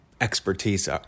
expertise